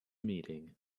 meeting